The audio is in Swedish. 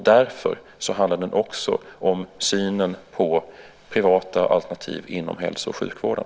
Därför handlar det här också om synen på privata alternativ inom hälso och sjukvården.